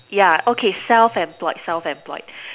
yeah okay self employed self employed